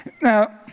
Now